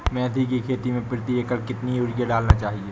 मेथी के खेती में प्रति एकड़ कितनी यूरिया डालना चाहिए?